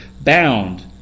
Bound